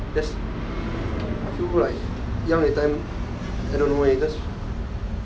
that's I feel like young that time I don't know leh just